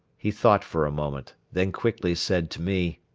he thought for a moment, then quickly said to me